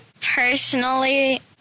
personally